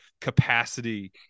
capacity